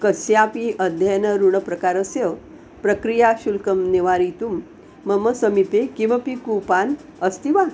कस्यापि अध्ययन ऋणप्रकारस्य प्रक्रियाशुल्कं निवारयितुं मम समीपे किमपि कूपान् अस्ति वा